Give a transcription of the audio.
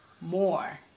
more